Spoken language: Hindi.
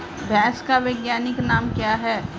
भैंस का वैज्ञानिक नाम क्या है?